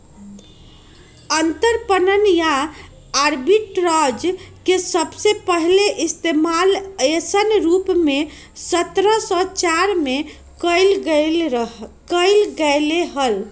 अंतरपणन या आर्बिट्राज के सबसे पहले इश्तेमाल ऐसन रूप में सत्रह सौ चार में कइल गैले हल